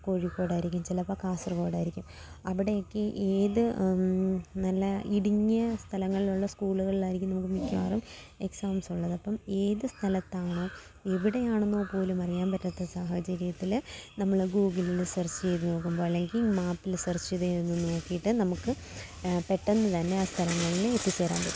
കോഴിക്കോടായിരിക്കും ചിലപ്പം കാസർഗോഡായിരിക്കും അവിടെയൊക്കെ ഏത് നല്ല ഇടുങ്ങിയ സ്ഥലങ്ങളിലുള്ള സ്കൂളുകളിലായിരിക്കും നമുക്ക് മിക്കവാറും എക്സാംസുള്ളത് അപ്പം ഏത് സ്ഥലത്താണൊ എവിടെയാണെന്നൊ പോലും അറിയാൻ പറ്റാത്ത സാഹചര്യത്തിൽ നമ്മൾ ഗൂഗിളിൽ സെർച്ച് ചെയ്ത് നോക്കുമ്പോൾ അല്ലെങ്കിൽ മാപ്പിൽ സെർച്ച് ചെയ്ത് എഴുതും നോക്കിയിട്ട് നമുക്ക് പെട്ടെന്ന് തന്നെ ആ സ്ഥലങ്ങളിൽ എത്തിച്ചേരാൻ പറ്റും